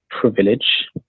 privilege